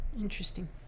Interesting